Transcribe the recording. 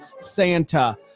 Santa